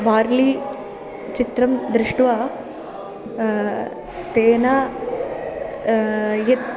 वार्लि चित्रं दृष्ट्वा तेन यत्